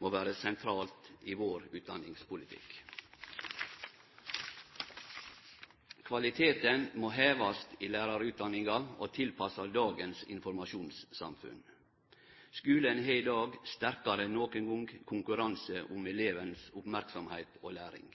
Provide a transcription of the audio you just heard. må vere sentralt i vår utdanningspolitikk. Kvaliteten må hevast i lærarutdanninga og tilpassast dagens informasjonssamfunn. I skulen er det i dag, sterkare enn nokon gong, konkurranse om elevens oppmerksemd og læring.